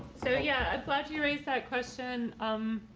so yeah, i'm glad you raised that question. um,